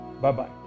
Bye-bye